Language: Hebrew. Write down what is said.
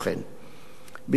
בסיכומו של דבר,